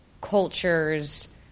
culture's